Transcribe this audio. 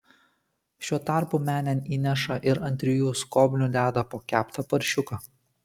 šiuo tarpu menėn įneša ir ant trijų skobnių deda po keptą paršiuką